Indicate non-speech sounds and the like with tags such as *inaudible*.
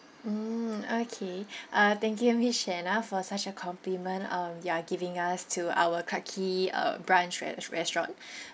mm okay *breath* uh thank you miss *laughs* shena for such a compliment um you are giving us to our clarke quay uh branch rest~ restaurant *breath*